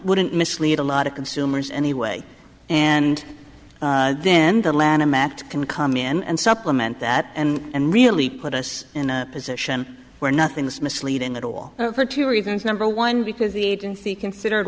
wouldn't mislead a lot of consumers anyway and then the lanham act can come in and supplement that and really put us in a position where nothing's misleading at all for two reasons number one because the agency considered